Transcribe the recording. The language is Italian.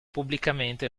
pubblicamente